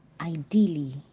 Ideally